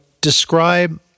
describe